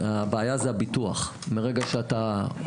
הוא משכן את הבית שלו ואת הבית של דודה שלו.